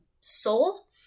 soul